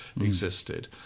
existed